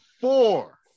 four